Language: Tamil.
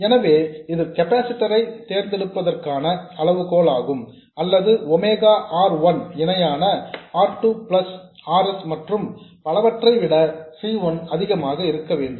எனவே இது கெப்பாசிட்டர் ஐ தேர்ந்தெடுப்பதற்கான அளவுகோலாகும் அல்லது ஒமேகா R 1 இணையான R 2 பிளஸ் R s மற்றும் பலவற்றை விட C 1 அதிகமாக இருக்க வேண்டும்